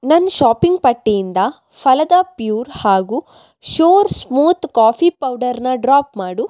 ನನ್ನ ಶಾಪಿಂಗ್ ಪಟ್ಟಿಯಿಂದ ಫಲದಾ ಪ್ಯೂರ್ ಹಾಗೂ ಶ್ಯೂರ್ ಸ್ಮೂತ್ ಕಾಫಿ ಪೌಡರ್ನ ಡ್ರಾಪ್ ಮಾಡು